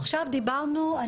עכשיו דיברנו.